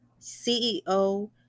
CEO